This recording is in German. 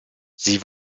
sie